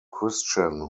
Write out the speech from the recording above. christian